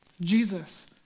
Jesus